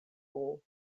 plu